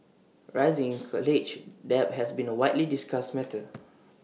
rising college debt has been A widely discussed matter